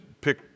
pick